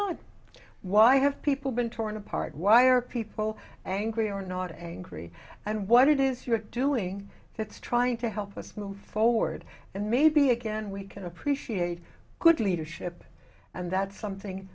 have people been torn apart why are people angry or not angry and what it is you're doing that's trying to help us move forward and maybe again we can appreciate good leadership and that's something